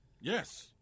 Yes